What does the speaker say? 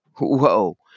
whoa